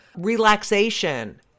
relaxation